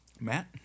Matt